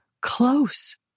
close